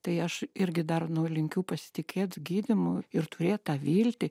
tai aš irgi dar nu linkiu pasitikėt gydymu ir turėt tą viltį